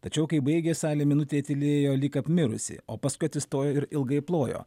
tačiau kai baigė salė minutei tylėjo lyg apmirusi o paskui atsistojo ir ilgai plojo